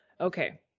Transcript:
Okay